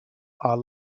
are